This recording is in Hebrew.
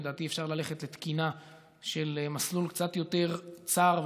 לדעתי אפשר ללכת לתקינה של מסלול קצת יותר צר,